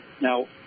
Now